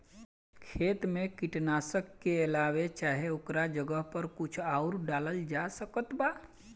खेत मे कीटनाशक के अलावे चाहे ओकरा जगह पर कुछ आउर डालल जा सकत बा?